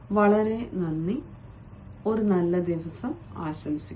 വളരെ നന്ദി ഒരു നല്ല ദിവസം ആശംസിക്കുന്നു